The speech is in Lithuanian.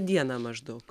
dieną maždaug